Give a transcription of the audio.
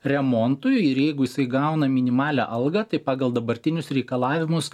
remontui ir jeigu jisai gauna minimalią algą tai pagal dabartinius reikalavimus